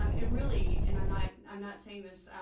um and, really, and i'm not i'm not saying this